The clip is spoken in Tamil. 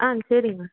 ஆ சரிங்க